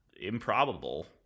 improbable